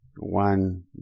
one